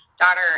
daughter